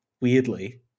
weirdly